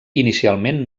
inicialment